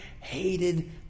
hated